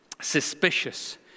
suspicious